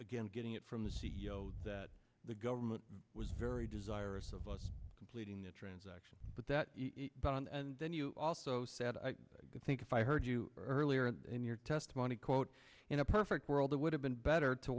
again getting it from the c e o that the government was very desirous of us completing the transaction but that and then you also said i think if i heard you earlier in your testimony quote in a perfect world it would have been better to